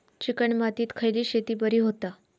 Chicken मातीत खयली शेती बरी होता?